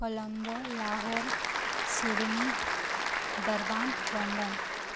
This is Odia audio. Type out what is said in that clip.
Colombo Lahore Sydney Durban London